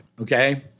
okay